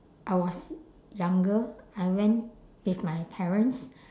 I was younger I went with my parents